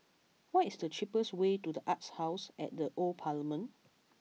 what is the cheapest way to The Arts House at the Old Parliament